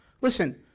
Listen